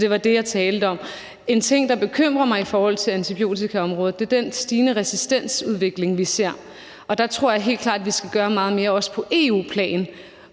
det var det, jeg talte om. En ting, der bekymrer mig i forhold til antibiotikaområdet, er den stigende resistensudvikling, vi ser. Der tror jeg helt klart, at vi skal gøre meget mere, også på EU-plan